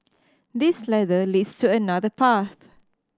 this ladder leads to another path